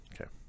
okay